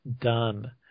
done